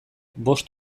bost